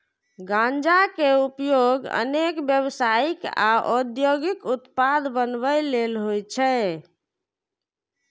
गांजा के उपयोग अनेक व्यावसायिक आ औद्योगिक उत्पाद बनबै लेल होइ छै